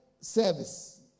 service